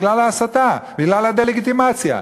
בגלל ההסתה, בגלל הדה-לגיטימציה.